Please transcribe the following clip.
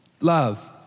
Love